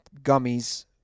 gummies